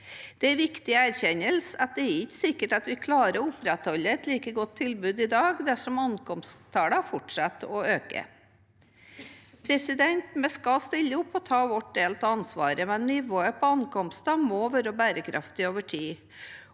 Det er en viktig erkjennelse at det ikke er sikkert at vi klarer å opprettholde et like godt tilbud som i dag dersom ankomsttallene fortsetter å øke. Vi skal stille opp og ta vår del av ansvaret, men nivået på ankomster må være bærekraftig over tid.